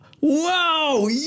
Wow